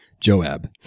Joab